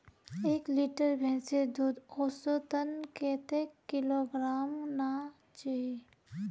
एक लीटर भैंसेर दूध औसतन कतेक किलोग्होराम ना चही?